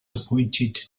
appointed